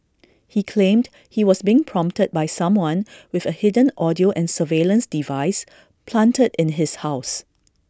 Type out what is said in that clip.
he claimed he was being prompted by someone with A hidden audio and surveillance device planted in his house